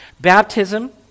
Baptism